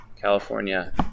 California